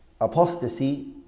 apostasy